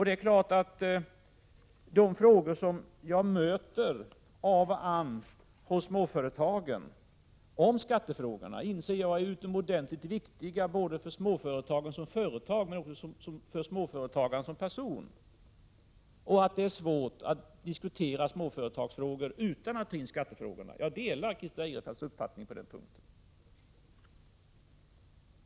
De skattefrågor som jag möter av och till ute hos småföretagen inser jag är utomordentligt viktiga både för småföretagen som företag och för småföretagaren som person. Och det är svårt att diskutera småföretagsfrågor utan att ta in skattefrågorna — jag delar Christer Eirefelts uppfattning på den punkten.